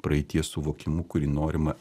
praeities suvokimu kurį norima